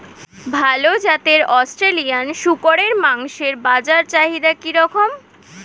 ভাল জাতের অস্ট্রেলিয়ান শূকরের মাংসের বাজার চাহিদা কি রকম?